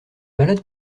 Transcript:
malade